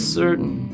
certain